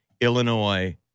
Illinois